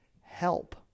help